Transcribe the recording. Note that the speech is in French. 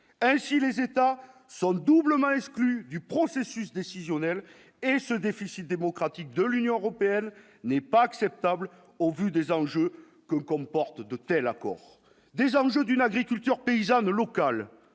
ainsi les États sont doublement exclus du processus décisionnel et ce déficit démocratique de l'Union européenne n'est pas acceptable au vu des enjeux que comporte de tels accords désormais d'une agriculture paysanne locale